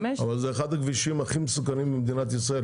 --- אבל זה אחד הכבישים הכי מסוכנים במדינת ישראל,